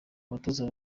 abatoza